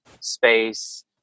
space